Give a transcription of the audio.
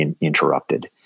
interrupted